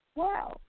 wow